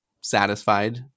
satisfied